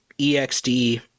EXD